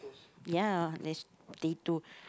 ya that's potato